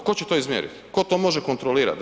Tko će to izmjeriti, tko to može kontrolirat?